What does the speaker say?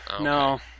No